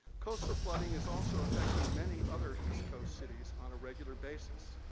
coastal flooding is also affecting many other east coast cities on a regular basis.